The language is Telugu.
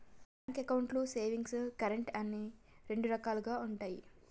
బ్యాంక్ అకౌంట్లు సేవింగ్స్, కరెంట్ అని రెండు రకాలుగా ఉంటయి